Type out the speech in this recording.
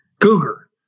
Cougar